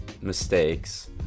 mistakes